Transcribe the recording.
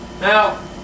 Now